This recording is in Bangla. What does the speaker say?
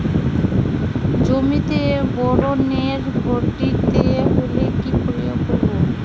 জমিতে বোরনের ঘাটতি হলে কি প্রয়োগ করব?